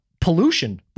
Pollution